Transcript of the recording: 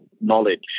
knowledge